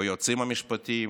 ביועצים המשפטיים